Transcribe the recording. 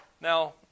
Now